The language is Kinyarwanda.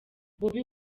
bobi